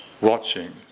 watching